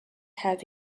have